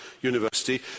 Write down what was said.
University